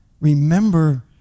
Remember